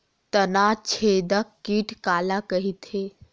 तनाछेदक कीट काला कइथे?